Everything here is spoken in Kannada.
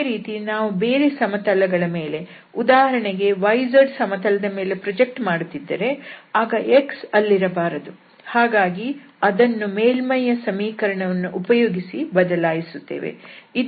ಅದೇ ರೀತಿ ನಾವು ಬೇರೆ ಸಮತಲಗಳ ಮೇಲೆ ಉದಾಹರಣೆಗೆ yz ಸಮತಲದ ಮೇಲೆ ಪ್ರಾಜೆಕ್ಟ್ ಮಾಡುತ್ತಿದ್ದರೆ ಆಗ x ಅಲ್ಲಿ ಇರಬಾರದು ಹಾಗಾಗಿ ಅದನ್ನು ಮೇಲ್ಮೈಯ ಸಮೀಕರಣವನ್ನು ಉಪಯೋಗಿಸಿ ಬದಲಾಯಿಸುತ್ತೇವೆ